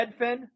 Redfin